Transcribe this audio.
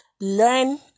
Learn